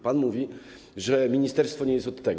Pan mówi, że ministerstwo nie jest od tego.